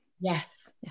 Yes